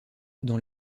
dans